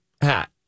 hat